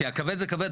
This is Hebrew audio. כי הכבד זה כבד,